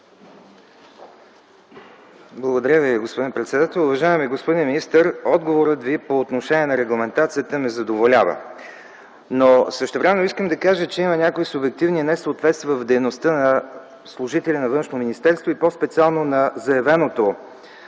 Уважаеми господин председател, уважаеми господин министър! Отговорът Ви по отношение на регламентацията ме задоволява, но същевременно искам да кажа, че има някои субективни несъответствия в дейността на служители на Външно министерство, и по-специално на заявеното